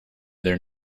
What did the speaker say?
their